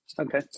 Okay